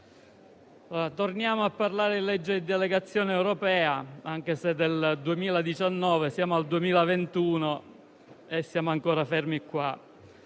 torniamo a parlare di legge di delegazione europea, anche se del 2019: siamo al 2021 e siamo ancora fermi.